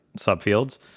subfields